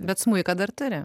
bet smuiką dar turi